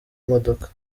imodoka